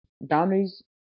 boundaries